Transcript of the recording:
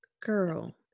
Girl